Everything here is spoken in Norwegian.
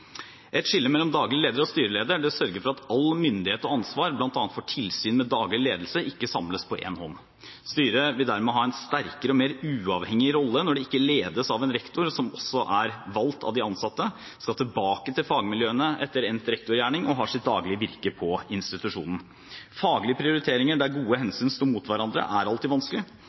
Et skille mellom daglig leder og styreleder vil sørge for at all myndighet og ansvar, bl.a. for tilsyn med daglig ledelse, ikke samles på én hånd. Styret vil dermed ha en sterkere og mer uavhengig rolle når det ikke ledes av en rektor som er valgt av de ansatte, som skal tilbake til fagmiljøene etter endt rektorgjerning, og som har sitt daglige virke ved institusjonen. Faglige prioriteringer der gode hensyn står mot hverandre, er alltid vanskelig.